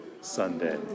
Sunday